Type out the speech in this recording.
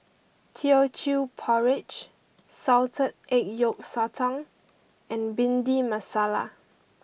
Teochew Porridge Salted Egg Yolk Sotong and Bhindi Masala